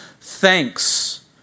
thanks